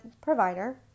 provider